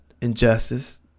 injustice